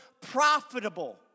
profitable